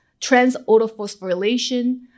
trans-autophosphorylation